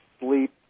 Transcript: sleep